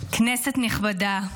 כנסת נכבדה,